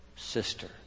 sister